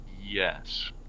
Yes